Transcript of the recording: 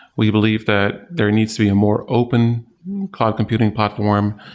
we believe that there needs to be a more open cloud computing platform.